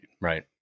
Right